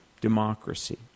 democracy